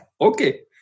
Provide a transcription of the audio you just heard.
Okay